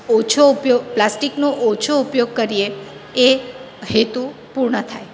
ઓછો ઉપગોય પ્લાસ્ટિકનો ઓછો ઉપયોગ કરીએ એ હેતુ પૂર્ણ થાય